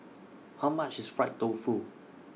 How much IS Fried Tofu